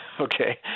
okay